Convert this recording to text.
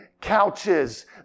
couches